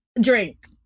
Drink